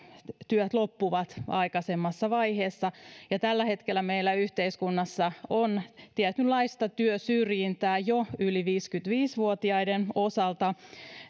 työt loppuvat aikaisemmassa vaiheessa tällä hetkellä meillä yhteiskunnassa on tietynlaista työsyrjintää jo yli viisikymmentäviisi vuotiaiden osalta